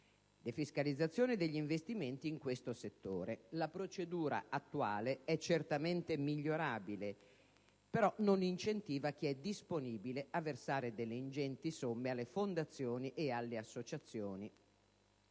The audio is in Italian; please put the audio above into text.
defiscalizzazione degli investimenti in questo settore. La procedura attuale è certamente migliorabile, ma non incentiva chi è disponibile a versare delle ingenti somme alle fondazioni e alle associazioni.